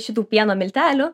šitų pieno miltelių